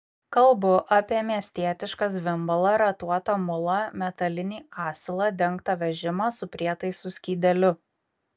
kalbu apie miestietišką zvimbalą ratuotą mulą metalinį asilą dengtą vežimą su prietaisų skydeliu